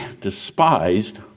despised